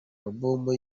alubumu